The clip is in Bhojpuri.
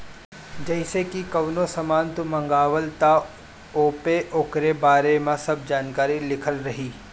जइसे की कवनो सामान तू मंगवल त ओपे ओकरी बारे में सब जानकारी लिखल रहि